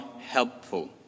helpful